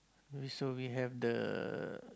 we so we have the